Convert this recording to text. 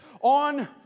on